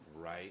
Right